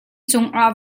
cungah